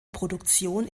produktion